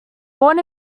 born